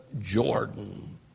Jordan